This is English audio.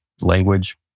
language